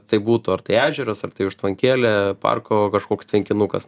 tai būtų ar tai ežeras ar tai užtvankėlė parko kažkoks tvenkinukas